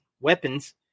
weapons